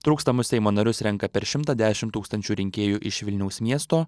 trūkstamus seimo narius renka per šimtą dešimt tūkstančių rinkėjų iš vilniaus miesto